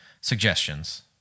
Suggestions